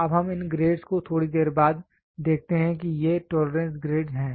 तो अब हम इन ग्रेड्स को थोड़ी देर बाद देखते हैं कि ये टोलरेंस ग्रेड्स हैं